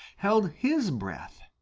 held his breath.